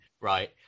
right